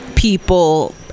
people